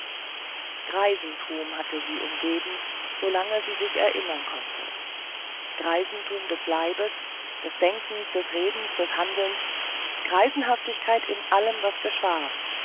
greisentum hatte sie umgeben solange sie sich erinnern konnte greisentum des leibes des denkens des redens und des handelns greisenhaftigkeit in allem was geschah